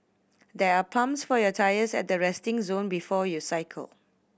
there are pumps for your tyres at the resting zone before you cycle